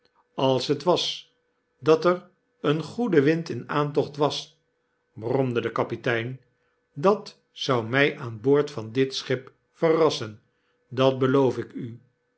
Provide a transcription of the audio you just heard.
als het was dat er een goede wind in aantocht was bromde de kapitein dat zou my aan boord van dit schip verrassen dat beloof ik u